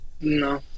No